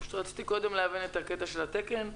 רציתי להבין קודם את עניין התקן,